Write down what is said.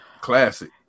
classic